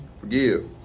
Forgive